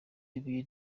ibuye